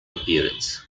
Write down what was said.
appearance